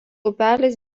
upelis